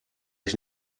ich